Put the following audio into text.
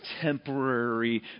temporary